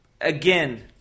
again